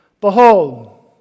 behold